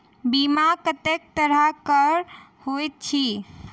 बीमा कत्तेक तरह कऽ होइत छी?